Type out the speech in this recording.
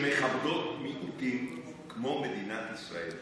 שמכבדות מיעוטים כמו מדינת ישראל,